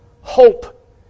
hope